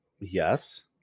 yes